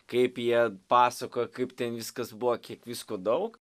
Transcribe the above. kaip jie pasakojo kaip ten viskas buvo kiek visko daug